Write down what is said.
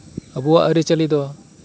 ᱟᱵᱩᱣᱟᱜ ᱟᱹᱨᱤᱪᱟᱹᱞᱤ ᱫᱚ